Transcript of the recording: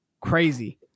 crazy